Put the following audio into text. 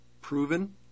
proven